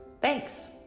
Thanks